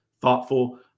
thoughtful